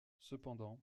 cependant